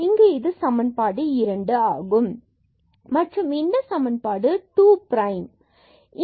இங்கு இது சமன்பாடு இரண்டு ஆகும் மற்றும் இந்த சமன்பாடு 2 பிரைம் ஆகும்